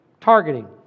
Targeting